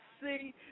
see